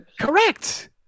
Correct